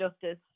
justice